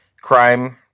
crime